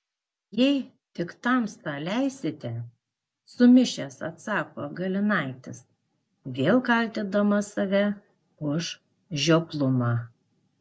jei tik tamsta leisite sumišęs atsako galinaitis vėl kaltindamas save už žioplumą